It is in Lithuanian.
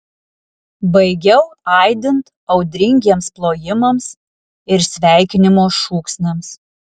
baigiau aidint audringiems plojimams ir sveikinimo šūksniams